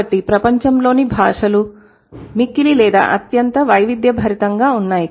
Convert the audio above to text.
కాబట్టి ప్రపంచంలోని భాషలు మిక్కిలి లేదా అత్యంత వైవిధ్య భరితంగా ఉన్నాయి